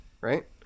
Right